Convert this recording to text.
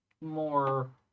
more